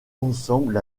ensemble